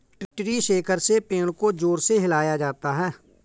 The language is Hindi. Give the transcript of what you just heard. ट्री शेकर से पेड़ को जोर से हिलाया जाता है